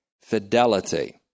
fidelity